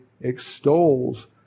extols